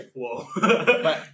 Whoa